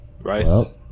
Rice